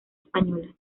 española